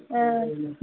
ஆ